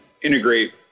integrate